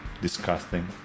disgusting